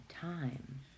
time